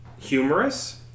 humorous